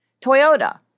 Toyota